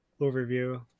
overview